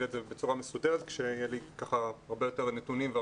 את זה בצורה מסודרת כשיהיו לי הרבה יותר נתונים.